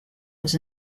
was